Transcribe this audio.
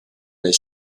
his